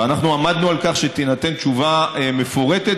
ואנחנו עמדנו על כך שתינתן תשובה מפורטת,